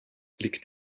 liegt